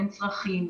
בין צרכים,